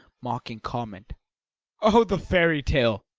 mocking comment oh, the fairy tale!